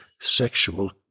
sexual